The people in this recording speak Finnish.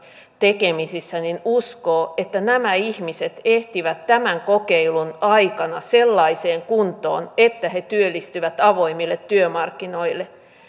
tekemisissä uskoo että nämä ihmiset ehtivät tämän kokeilun aikana sellaiseen kuntoon että he työllistyvät avoimille työmarkkinoille